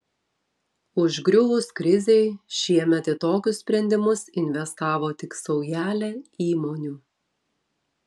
užgriuvus krizei šiemet į tokius sprendimus investavo tik saujelė įmonių